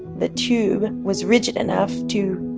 the tube was rigid enough to